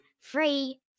Free